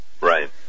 Right